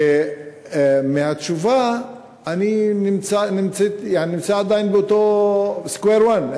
ומהתשובה אני נמצא עדיין באותו square one.